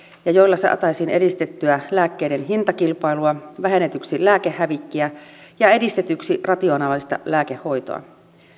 ja joilla saataisiin edistettyä lääkkeiden hintakilpailua vähennetyksi lääkehävikkiä ja edistetyksi rationaalista lääkehoitoa